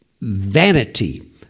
vanity